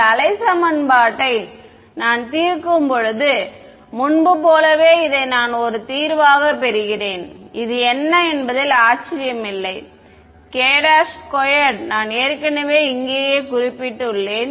இந்த அலை சமன்பாடு யை நான் தீர்க்கும்போது முன்பு போலவே இதை நான் ஒரு தீர்வாக பெறுகிறேன் இது என்ன என்பதில் ஆச்சரியமில்லை k2 நான் ஏற்கனவே இங்கேயே குறிப்பிட்டுள்ளேன்